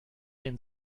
den